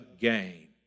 gain